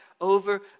over